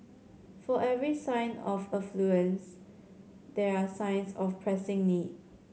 for every sign of affluence there are signs of pressing need